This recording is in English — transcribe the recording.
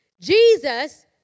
Jesus